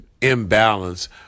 imbalance